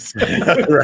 right